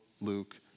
Luke